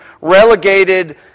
relegated